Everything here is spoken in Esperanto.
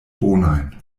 bonajn